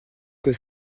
que